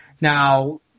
Now